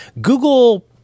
Google